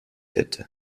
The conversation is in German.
hätte